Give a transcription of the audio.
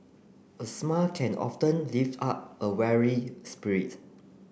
a smile can often lift up a weary spirit